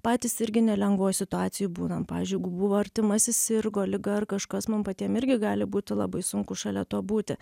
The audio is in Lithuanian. patys irgi nelengvoj situacijoj būnam pavyzdžiui jeigu buvo artimasis sirgo liga ar kažkas mum patiem irgi gali būti labai sunku šalia to būti